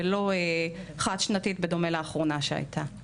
ולא בדומה לאחרונה שהייתה חד-שנתית.